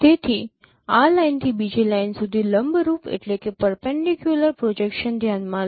તેથી આ લાઇનથી બીજી લાઇન સુધી લંબરૂપ પ્રોજેક્શન ધ્યાનમાં લો